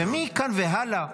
-- ומכאן והלאה,